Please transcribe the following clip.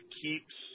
keeps